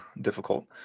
difficult